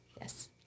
Yes